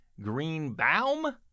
Greenbaum